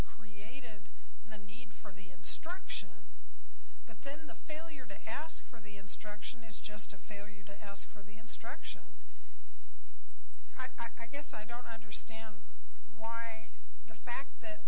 created the need for the instruction but then the failure to ask for the instruction is just a failure to elsa for the instruction i guess i don't understand why the fact that